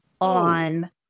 on